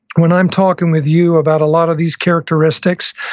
when i'm talking with you about a lot of these characteristics,